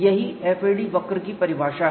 यही FAD वक्र की परिभाषा है